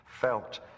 felt